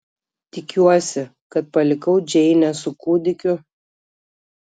tikiuosi kad palikau džeinę su kūdikiu